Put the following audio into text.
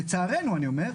לצערנו אני אומר,